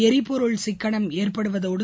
எரிபொருள் சிக்கனம் ஏற்படுவதோடு